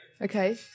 okay